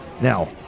Now